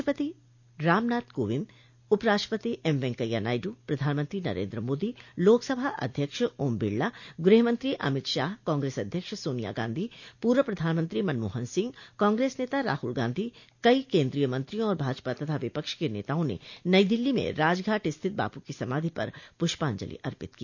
राष्ट्रपति रामनाथ कोविंद उपराष्ट्रपति एम वेंकैया नायडु प्रधानमंत्रो नरेन्द्र मोदी लोकसभा अध्यक्ष ओम बिड़ला गृहमंत्री अमित शाह कांग्रेस अध्यक्ष सोनिया गांधी प्रव प्रधानमंत्री मनमोहन सिंह कांग्रेस नेता राहुल गांधी कई केन्द्रीय मंत्रियों और भाजपा तथा विपक्ष के नेताओं ने नई दिल्ली में राजघाट स्थित बापू की समाधि पर पुष्पांजलि अर्पित की